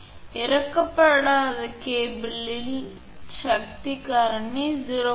பின்னர் d இறக்கப்படாத கேபிளின் சக்தி காரணி 0